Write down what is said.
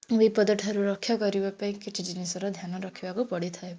ବିପଦ ଠାରୁ ରକ୍ଷା କରିବା ପାଇଁ କିଛି ଜିନିଷର ଧ୍ୟାନ ରଖିବାକୁ ପଡ଼ିଥାଏ